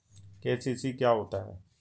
KCC क्या होता है?